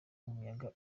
umuyaga